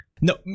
No